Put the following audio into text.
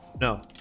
No